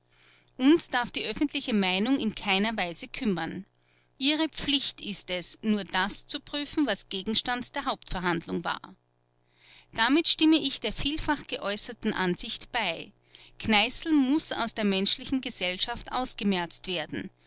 uns darf die öffentliche meinung in keiner weise kümmern ihre pflicht ist es nur das zu prüfen was gegenstand der hauptverhandlung war darin stimme ich der vielfach geäußerten ansicht bei kneißl muß aus der menschlichen gesellschaft ausgemerzt werden